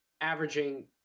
Averaging